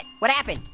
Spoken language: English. what happened?